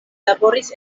laboris